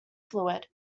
fluid